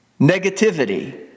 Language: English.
negativity